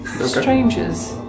strangers